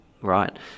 Right